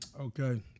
Okay